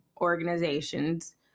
organizations